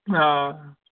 آ